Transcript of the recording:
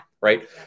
right